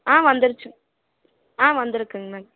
வந்துருச்சு வந்துருக்குங்க மேம்